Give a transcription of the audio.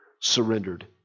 surrendered